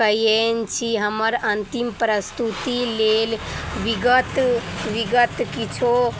कयने छी हमर अन्तिम प्रस्तुति लेल विगत विगत किछो